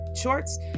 shorts